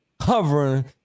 hovering